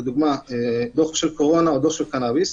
לדוגמה דוח של קורונה או דוח של קנאביס,